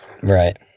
Right